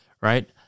right